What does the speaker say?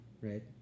right